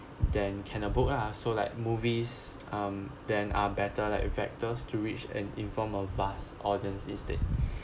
than can a book lah so like movies um then are better like vectors to reach an in form of vast audience instead